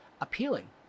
appealing